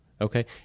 okay